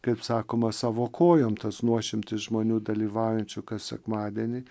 kaip sakoma savo kojom tas nuošimtis žmonių dalyvaujančių kas sekmadienį